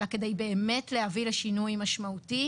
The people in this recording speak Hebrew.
אלא כדי באמת להביא לשינוי משמעותי